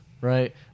right